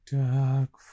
dark